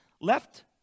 left